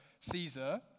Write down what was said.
Caesar